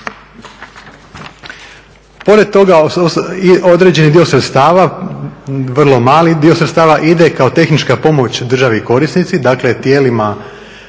Pored toga određen je dio sredstava, vrlo mali dio sredstava ide kao tehnička pomoć državi korisnici, dakle tijelima